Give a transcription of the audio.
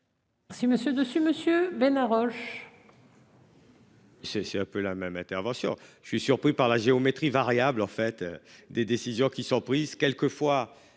Si Monsieur dessus monsieur ben rôle. C'est c'est un peu la même intervention. Je suis surpris par la géométrie variable en fait des décisions qui sont prises quelques fois